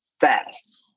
fast